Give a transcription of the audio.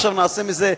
עכשיו נעשה מזה,